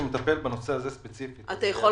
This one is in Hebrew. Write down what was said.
אתם יכולים להגיד על זה משהו?